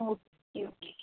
okay okay